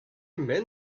men